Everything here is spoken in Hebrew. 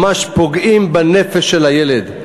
ממש פוגעים בנפש של הילד.